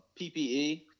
PPE